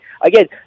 again